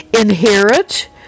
Inherit